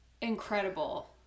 incredible